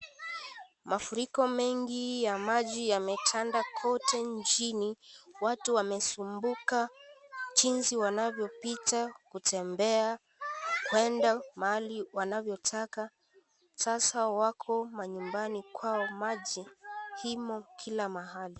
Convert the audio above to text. Mafuriko mengi ya maji yametanda kote nchini watu wamesumbuka jinsi wanavyopita kutembea kuenda maali wanayotaka sasa wako manyumbani kwao maji imo kila maali.